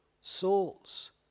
souls